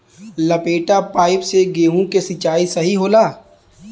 लपेटा पाइप से गेहूँ के सिचाई सही होला?